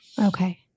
Okay